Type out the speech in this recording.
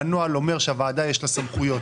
הנוהל אומר שלוועדה יש סמכויות.